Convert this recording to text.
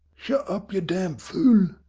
shut up, you damn fool!